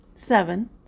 seven